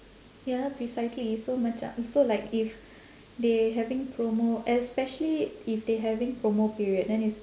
ya precisely so maca~ so like if they having promo especially if they having promo period then it's